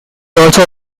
also